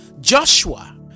Joshua